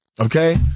okay